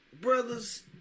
brothers